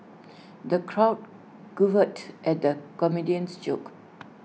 the crowd guffawed at the comedian's jokes